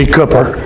Cooper